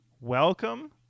welcome